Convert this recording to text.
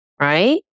right